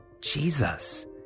Jesus